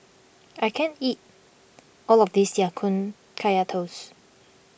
I can't eat all of this Ya Kun Kaya Toast